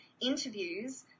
interviews